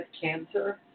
cancer